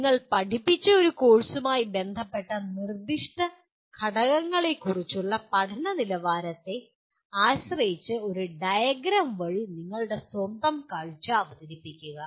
നിങ്ങൾ പഠിപ്പിച്ച ഒരു കോഴ്സുമായി ബന്ധപ്പെട്ട നിർദ്ദിഷ്ട ഘടകങ്ങളെക്കുറിച്ചുള്ള പഠന നിലവാരത്തെ ആശ്രയിച്ച് ഒരു ഡയഗ്രം വഴി നിങ്ങളുടെ സ്വന്തം കാഴ്ച അവതരിപ്പിക്കുക